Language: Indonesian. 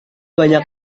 banyak